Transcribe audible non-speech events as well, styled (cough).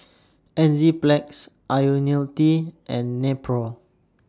(noise) Enzyplex Ionil T and Nepro